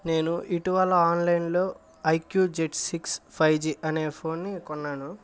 నేను ఇటీవల ఆన్లైన్లో ఐక్యూజెడ్ సిక్స్ ఫైవ్ జి అనే ఫోన్ని కొన్నాను